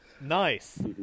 Nice